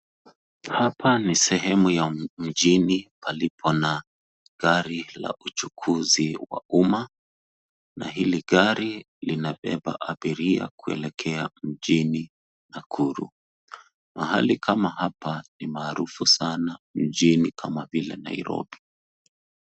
Hapa ni sehemu ya mjini palipo na gari la uchukuzi wa umma na hili gari linabeba abiria kuelekea mjini Nakuru. Mahali kama hapa ni maarufu sana mjini kama vile Nairobi .